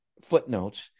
footnotes